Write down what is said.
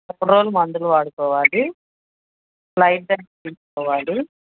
మూడు రోజులు మందులు వాడుకోవాలి లైట్ డైట్ తీసుకోవాలి